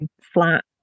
flat